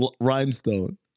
rhinestone